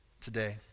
today